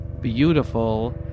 beautiful